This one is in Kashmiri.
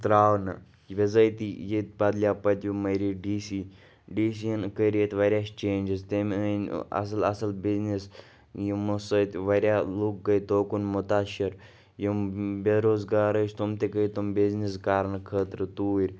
ترٛاونہٕ یہِ بِضٲطی ییٚتہِ بَدلیٛو پٔتمہِ ؤرۍ یہِ ڈی سی ڈی سی یَن کٔرۍ ییٚتہِ واریاہ چینٛجِز تٔمۍ أنۍ اَصٕل اَصٕل بِزنٮ۪س یِمو سۭتۍ واریاہ لُکھ گٔے توکُن مُتاشر یِم بےٚروزگار ٲسۍ تِم تہِ گٔے تِم بِزنٮ۪س کَرنہٕ خٲطرٕ توٗرۍ